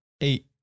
eight